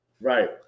Right